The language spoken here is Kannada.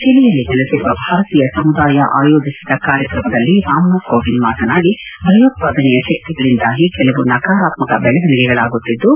ಚಲಿಯಲ್ಲಿ ನೆಲೆಸಿರುವ ಭಾರತೀಯ ಸಮುದಾಯ ಆಯೋಜಿಸಿದ್ದ ಕಾರ್ಯಕ್ರಮದಲ್ಲಿ ರಾಮನಾಥ್ ಕೋವಿಂದ್ ಮಾತನಾಡಿ ಭಯೋತ್ಪಾದನೆಯ ಶಕ್ತಿಗಳಿಂದಾಗಿ ಕೆಲವು ನಕರಾತ್ಪಕ ಬೆಳವಣಿಗೆಗಳಾಗುತ್ತಿದ್ದು